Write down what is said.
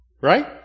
right